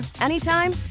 anytime